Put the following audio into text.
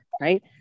right